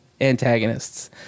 antagonists